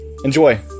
Enjoy